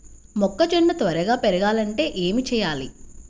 మొక్కజోన్న త్వరగా పెరగాలంటే ఏమి చెయ్యాలి?